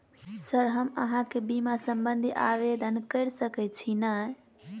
Sir हम अहाँ केँ बीमा संबधी आवेदन कैर सकै छी नै?